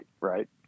Right